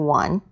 one